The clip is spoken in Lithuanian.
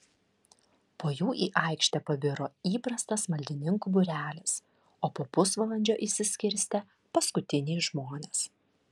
po jų į aikštę pabiro įprastas maldininkų būrelis o po pusvalandžio išsiskirstė paskutiniai žmonės